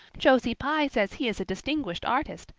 josie pye says he is a distinguished artist,